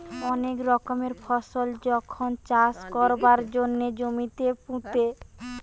অনেক রকমের ফসল যখন চাষ কোরবার জন্যে জমিতে পুঁতে